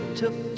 took